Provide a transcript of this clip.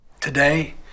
Today